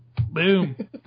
Boom